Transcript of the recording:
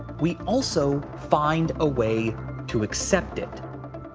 we also find a way to accept it.